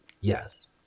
yes